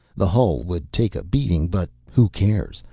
the hull would take a beating, but who cares.